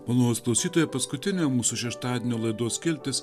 malonūs klausytojai paskutinė mūsų šeštadienio laidos skiltis